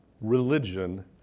religion